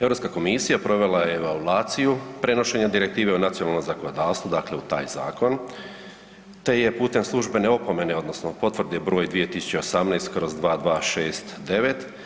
EU komisija provela je evaluaciju prenošenja direktive u nacionalno zakonodavstvom, dakle u taj zakon te je putem službene opomene, odnosno Potvrde broj 2018/